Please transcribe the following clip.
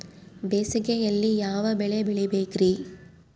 ಬೇಸಿಗೆಯಲ್ಲಿ ಯಾವ ಬೆಳೆ ಬೆಳಿಬೇಕ್ರಿ?